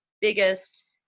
biggest